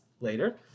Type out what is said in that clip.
later